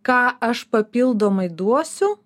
ką aš papildomai duosiu